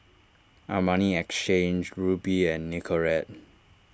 Armani Exchange Rubi and Nicorette